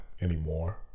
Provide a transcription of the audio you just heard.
anymore